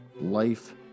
life